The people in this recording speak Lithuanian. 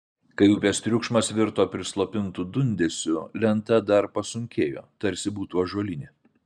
kai upės triukšmas virto prislopintu dundesiu lenta dar pasunkėjo tarsi būtų ąžuolinė